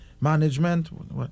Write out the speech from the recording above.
management